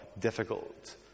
difficult